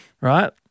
right